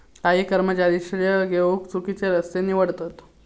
काही कर्मचारी श्रेय घेउक चुकिचे रस्ते निवडतत